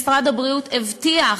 משרד הבריאות הבטיח